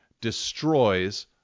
destroys